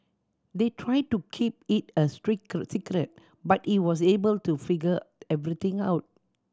they tried to keep it a but he was able to figure everything out